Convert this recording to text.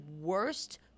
worst